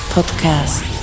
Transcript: Podcast